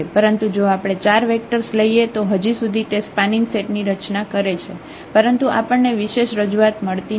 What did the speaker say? પરંતુ જો આપણે 4 વેક્ટર્સ લઈએ તો હજી સુધી તે સ્પાનિંગ સેટ ની રચના કરે છે પરંતુ આપણને વિશેષ રજૂઆત મળતી નથી